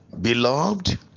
Beloved